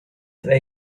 they